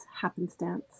happenstance